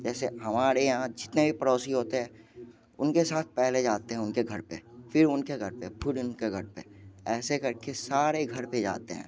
जैसे हमारे यहाँ जितने भी पड़ोसी होते हैं उनके साथ पहले जाते हैं उनके घर पे फिर उनके घर पे फिर उनके घर पे ऐसे करके सारे घर पे जाते हैं